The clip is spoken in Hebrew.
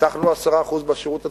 הבטחנו 10% בשירות הציבורי,